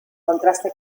contraste